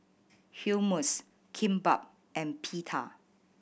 Hummus Kimbap and Pita